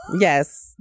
Yes